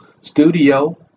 studio